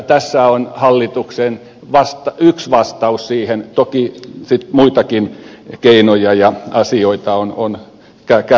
tässä on yksi hallituksen vastaus siihen toki sitten muitakin keinoja ja asioita on käytössä